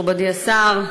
מכובדי השר,